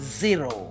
zero